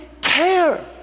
care